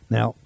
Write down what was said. Now